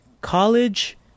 college